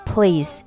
Please